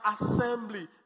assembly